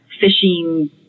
fishing